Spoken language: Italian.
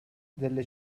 delle